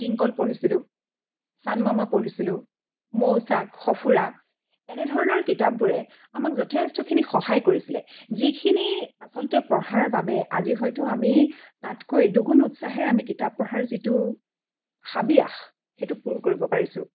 tinkle পঢ়িছিলো Chandamama পঢ়িছিলো মৌচাক সঁফুৰা এনেধৰণৰ কিতাপবোৰে আমাক যথেষ্টখিনি সহায় কৰিছিলে যিখিনি আচলতে পঢ়াৰ বাবে আজি হয়তো আমি তাতকৈ দুগুন উৎসাহেৰে আমি কিতাপ পঢ়াৰ যিটো হাবিয়াহ সেইটো পূৰ কৰিব পাৰিছোঁ